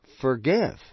forgive